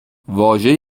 واژه